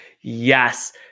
yes